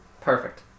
Perfect